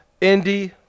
Indy